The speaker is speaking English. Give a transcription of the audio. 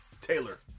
Taylor